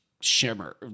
shimmer